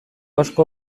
asko